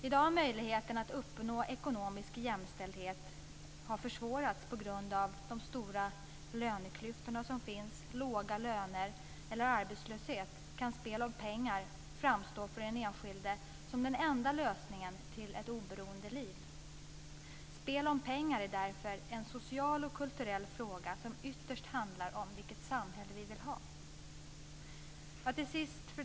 I dag när möjligheten att uppnå ekonomisk jämställdhet har försvårats på grund av de stora löneklyftorna som finns, låga löner eller arbetslöshet kan spel om pengar för den enskilde framstå som den enda lösningen för att kunna ha ett oberoende liv. Spel om pengar är därför en social och kulturell fråga som ytterst handlar om vilket samhälle vi vill ha. Fru talman!